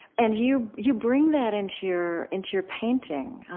and you you bring that into your into your painting.